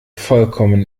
vollkommen